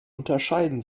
unterscheiden